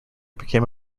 became